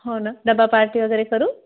हो ना डबा पार्टी वगैरे करू